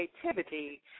creativity